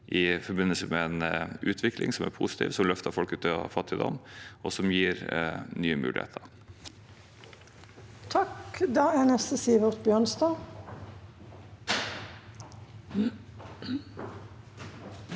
i forbindelse med en utvikling som er positiv, som løfter folk ut av fattigdom, og som gir nye muligheter. Sivert Bjørnstad